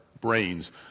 brains